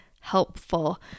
helpful